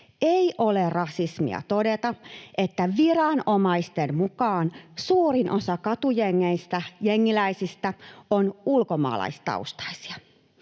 Ei ole rasismia todeta, että viranomaisten mukaan suurin osa katujengiläisistä on ulkomaalaistaustaisia.